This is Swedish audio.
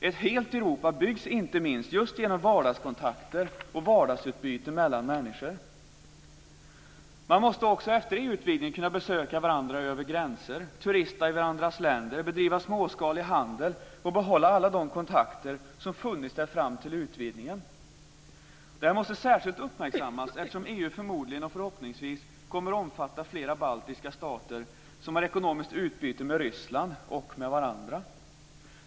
Ett helt Europa byggs just genom vardagskontakter och vardagsutbyte mellan människor. Man måste också efter EU-utvidgningen kunna besöka varandra över gränser, turista i varandras länder, bedriva småskalig handel och behålla alla de kontakter som funnits fram till utvidgningen. Det måste uppmärksammas särskilt, eftersom EU förmodligen och förhoppningsvis kommer att omfatta flera baltiska stater som har ekonomiskt utbyte med Ryssland och med varandra.